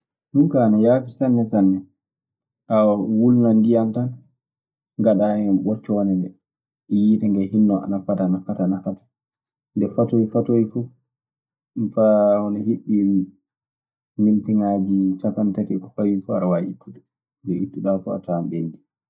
Ɗun kaa ana yaafi sanne sanne. A wulnan ndiyan tan, mgaɗaa hen mocconde ndee. Yiite ngee hinnoo ana fata ana fata ana fata. Nde fatoyi fatoyi fuu, faa hono hiɓɓi minitiŋaaji capantati e ko fawi fuu aɗe waawi ittude.